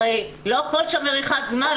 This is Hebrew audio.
הרי לא הכול שם מריחת זמנים,